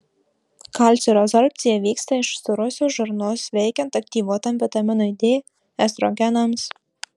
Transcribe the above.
kalcio rezorbcija vyksta iš storosios žarnos veikiant aktyvuotam vitaminui d estrogenams